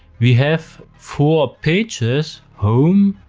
we have four pages, home,